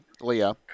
Leah